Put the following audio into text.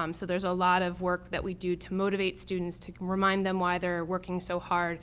um so, there's a lot of work that we do to motivate students to remind them why they are working so hard